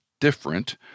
Different